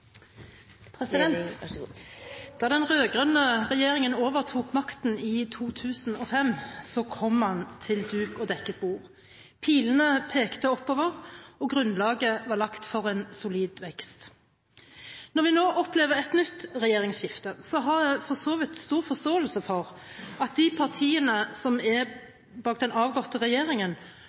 vårt land så sårt trenger for å være en konkurransedyktig nasjon i framtiden. Da den rød-grønne regjeringen overtok makten i 2005, kom den til duk og dekket bord, pilene pekte oppover, og grunnlaget var lagt for en solid vekst. Når vi nå opplever et nytt regjeringsskifte, har jeg for så vidt stor forståelse for at partiene bak den avgåtte